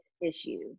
issue